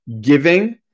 giving